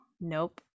nope